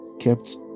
kept